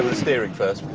steering first.